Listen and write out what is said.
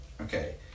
Okay